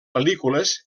pel·lícules